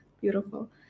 Beautiful